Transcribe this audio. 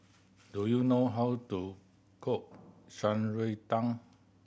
do you know how to cook Shan Rui Tang